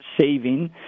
saving